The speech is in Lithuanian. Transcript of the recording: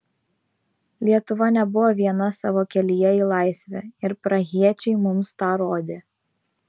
lietuva nebuvo viena savo kelyje į laisvę ir prahiečiai mums tą rodė